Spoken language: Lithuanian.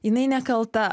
jinai nekalta